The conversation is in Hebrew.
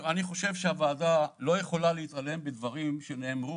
שהוועדה לא יכולה להתעלם מדברים שנאמרו